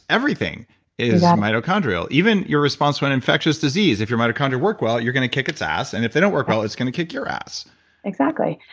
everything is ah mitochondrial. even your response to an infectious disease, if your mitochondria work well, you're going to kick its ass and if they don't work well, it's going to kick your ass exactly,